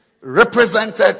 represented